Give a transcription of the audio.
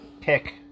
pick